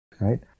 right